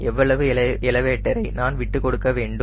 எவ்வளவு எலவேட்டர் ஐ நான் விட்டுக்கொடுக்க வேண்டும்